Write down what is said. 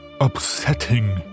upsetting